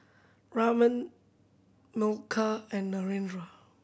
Raman Milkha and Narendra